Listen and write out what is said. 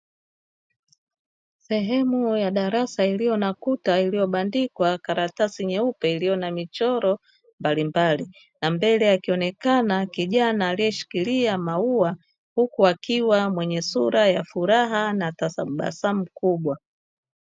Sehemu ya darasa iliyo na kuta iliyobandikwa karatasi nyeupe iliyo na michoro mbalimbali, na mbele akionekana kijana aliyeshikilia maua huku akiwa mwenye sura ya furaha na tabasamu kubwa.